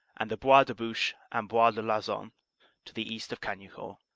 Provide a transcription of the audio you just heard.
and the bois de bouche and bois de loison to the east of cagnicourt.